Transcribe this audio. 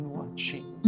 watching